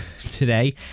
today